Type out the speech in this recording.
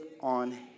on